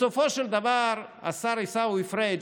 בסופו של דבר, השר עיסאווי פריג',